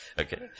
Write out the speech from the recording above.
Okay